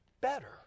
better